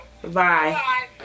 Bye